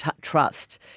trust